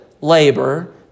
labor